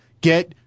get